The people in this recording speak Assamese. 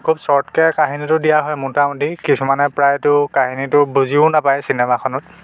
খুব চৰ্টকৈ কাহিনীটো দিয়া হয় মোটামুটি কিছুমানে প্ৰায়টো কাহিনীটো বুজিও নেপাই চিনেমাখনত